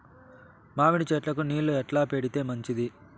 మామిడి చెట్లకు నీళ్లు ఎట్లా పెడితే మంచిది?